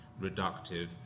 reductive